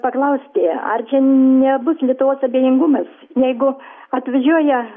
paklausti ar čia nebus lietuvos abejingumas jeigu atvažiuoja